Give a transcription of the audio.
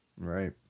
Right